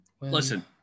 Listen